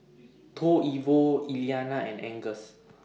Toivo Iliana and Angus